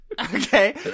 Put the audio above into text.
Okay